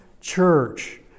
church